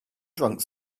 drank